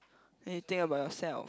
then you think about yourself